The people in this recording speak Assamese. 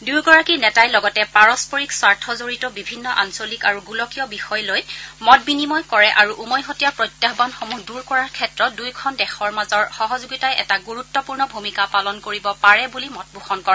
দুয়োগৰাকী নেতাই লগতে পাৰষ্পৰিক স্বাৰ্থজড়িত বিভিন্ন আঞ্চলিক আৰু গোলকীয় বিষয় লৈ মত বিনিময় কৰে আৰু উমৈহতীয়া প্ৰত্যায়নসমূহ দূৰ কৰাৰ ক্ষেত্ৰত দুয়োখন দেশৰ মাজৰ সহযোগিতাই এটা গুৰুত্বপূৰ্ণ ভূমিকা পালন কৰিব পাৰে বুলি মত পোষণ কৰে